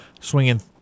swinging